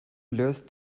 löst